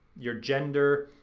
your gender,